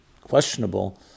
questionable